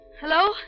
Hello